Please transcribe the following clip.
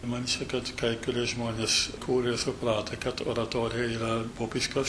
manyčiau kad kai kurie žmonės kurie suprato kad oratorija yra vokiškas